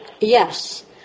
Yes